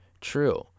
true